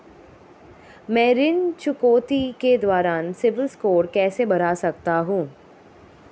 मैं ऋण चुकौती के दौरान सिबिल स्कोर कैसे बढ़ा सकता हूं?